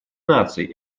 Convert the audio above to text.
наций